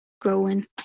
growing